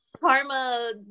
karma